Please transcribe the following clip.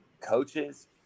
coaches